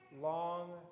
long